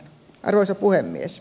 arvoisa puhemies